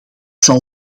zal